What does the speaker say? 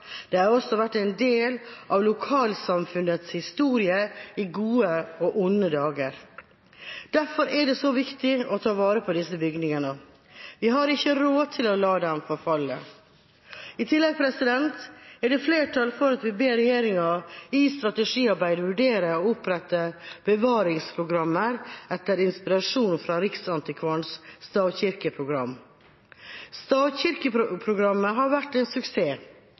lokalsamfunnets historie i gode og onde dager. Derfor er det så viktig å ta vare på disse bygningene. Vi har ikke råd til å la dem forfalle. I tillegg er det flertall for å be regjeringa i strategiarbeidet vurdere å opprette bevaringsprogrammer etter inspirasjon fra Riksantikvarens stavkirkeprogram. Stavkirkeprogrammet har vært en suksess,